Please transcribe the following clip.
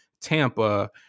Tampa